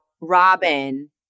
Robin